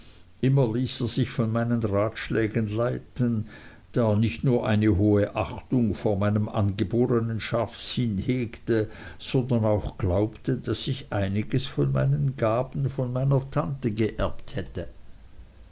immer ließ er sich von meinen ratschlägen leiten da er nicht nur eine hohe achtung vor meinem angebornen scharfsinn hegte sondern auch glaubte daß ich einiges von meinen gaben von meiner tante geerbt hätte